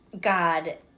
God